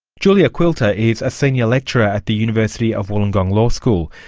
julia quilter is a senior lecturer at the university of wollongong law school.